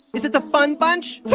is it the fun bunch?